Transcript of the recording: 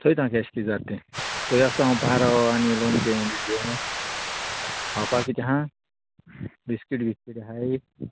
चोयता कॅश किते तें तोरी आसतोना हांव पारो आनी लोणचें घेयन हावपा कितें हा बिस्कीट बिस्कीट आहाय